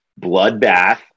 Bloodbath